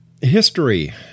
History